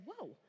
whoa